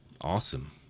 Awesome